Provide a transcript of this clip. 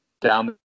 down